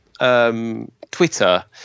Twitter